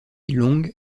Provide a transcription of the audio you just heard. long